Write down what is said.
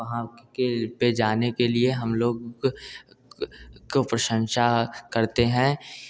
हम वहाँ पर जाने के हम लोग को प्रशंसा करते हैं